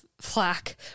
flack